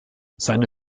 seine